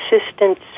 assistance